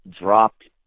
dropped